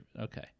Okay